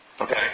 Okay